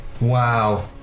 Wow